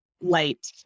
Light